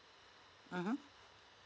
mmhmm